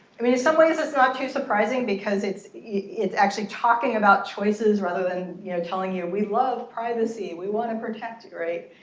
i mean, in some ways it's not too surprising because it's it's actually talking about choices rather than you know telling you, we love privacy. we want to protect it, right.